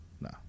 no